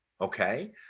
Okay